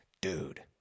dude